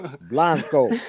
Blanco